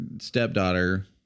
stepdaughter